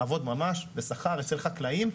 לעבוד ממש בשכר אצל חקלאים,